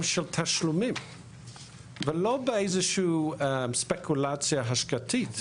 של התשלומים ולא באיזושהי ספקולציה השקעתי,